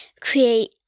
create